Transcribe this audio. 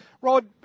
Rod